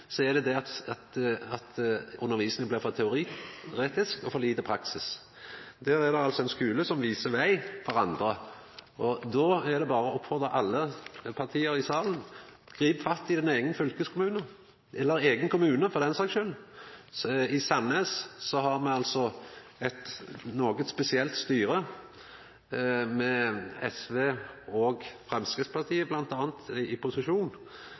at undervisninga blei for teoretisk og for lite praktisk. Der er det altså ein skule som viser veg for andre. Då er det berre å oppmoda alle parti i salen: Grip fatt i din eigen fylkeskommune – eller eigen kommune, for den saks skuld. I Sandnes har me eit noko spesielt styre, med bl.a. SV og Framstegspartiet i posisjon.